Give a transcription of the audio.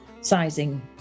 sizing